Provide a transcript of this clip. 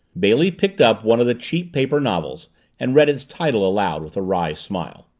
bailey picked up one of the cheap paper novels and read its title aloud, with a wry smile.